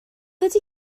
ydy